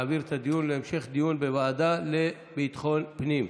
להעביר להמשך דיון בוועדה לביטחון פנים.